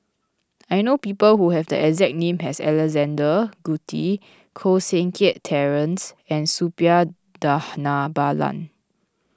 I know people who have the exact name as Alexander Guthrie Koh Seng Kiat Terence and Suppiah Dhanabalan